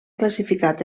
classificat